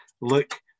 look